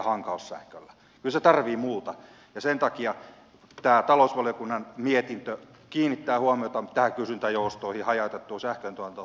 kyllä se tarvitsee muuta ja sen takia tämä talousvaliokunnan mietintö kiinnittää huomiota näihin kysyntäjoustoihin ja hajautettuun sähköntuotantoon